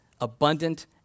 abundant